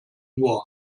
nur